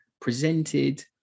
presented